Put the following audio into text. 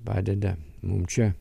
padeda mum čia